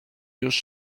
już